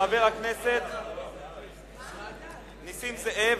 חבר הכנסת נסים זאב,